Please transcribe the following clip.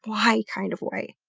why? kind of way.